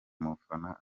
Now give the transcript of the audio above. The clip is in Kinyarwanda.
mufana